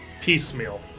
piecemeal